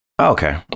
Okay